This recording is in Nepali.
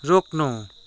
रोक्नु